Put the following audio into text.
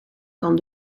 kan